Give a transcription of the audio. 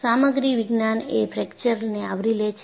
સામગ્રી વિજ્ઞાન એ ફ્રેકચર ને આવરી લે છે